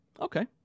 Okay